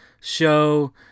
show